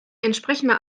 entsprechende